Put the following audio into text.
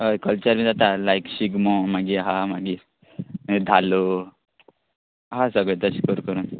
हय कल्चर बी जाता लायक शिगमो मागीर आहा मागीर धालो आहा सगळें तशें करूं करूं